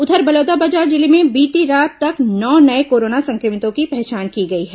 उधर बलौदाबाजार जिले में बीती रात तक नौ नये कोरोना संक्रमितों की पहचान की गई है